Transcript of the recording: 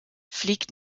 fliegt